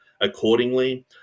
accordingly